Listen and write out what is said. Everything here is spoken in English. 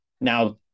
Now